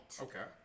Okay